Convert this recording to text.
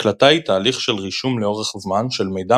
הקלטה היא תהליך של רישום לאורך זמן של מידע